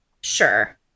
Sure